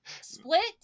Split